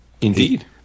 indeed